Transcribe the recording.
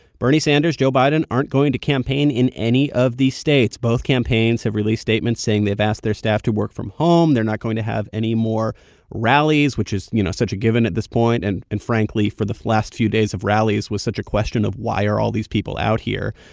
bernie sanders, joe biden aren't going to campaign in any of these states. both campaigns have released statements saying they've asked their staff to work from home. they're not going to have any more rallies, which is, you know, such a given at this point and, and frankly, for the last few days of rallies, was such a question of, why are all these people out here?